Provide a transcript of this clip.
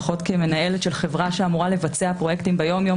לפחות כמנהלת של חברה שאמורה לבצע פרויקטים ביומיום,